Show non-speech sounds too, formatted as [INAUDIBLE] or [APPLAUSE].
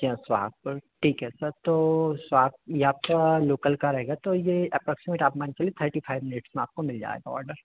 [UNINTELLIGIBLE] ठीक है सर तब तो सात यहाँ पर लोकल का रहेगा तो यह एप्रॉक्सिमेट आप आप मानकर चलिए थर्टी फ़ाइव मिनट्स में आपको मिल जाएगा ऑर्डर